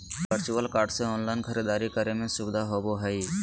virtual card से online खरीदारी करे में सुबधा होबो हइ